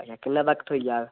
अच्छा किन्नै तक थ्होई जाह्ग